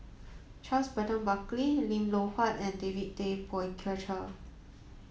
Charles Burton Buckley Lim Loh Huat and David Tay Poey Cher